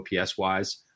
OPS-wise